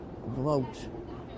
vote